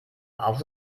auch